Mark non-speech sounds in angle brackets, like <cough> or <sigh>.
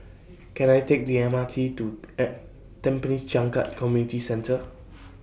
Can I Take The M R T to <hesitation> Tampines Changkat Community Centre